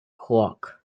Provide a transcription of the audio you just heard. clock